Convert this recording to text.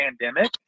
pandemic